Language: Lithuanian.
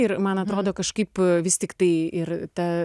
ir man atrodo kažkaip vis tiktai ir